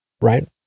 right